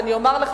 ואני אומר לך,